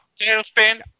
Tailspin